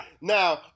Now